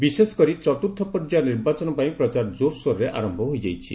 ବିଶେଷ କରି ଚତୁର୍ଥ ପର୍ଯ୍ୟାୟ ନିର୍ବାଚନ ପାଇଁ ପ୍ରଚାର ଜୋରସୋରରେ ଆରମ୍ଭ ହୋଇଯାଇଛି